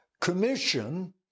commission